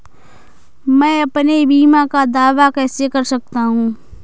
मैं अपने बीमा का दावा कैसे कर सकता हूँ?